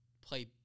play